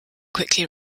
quickly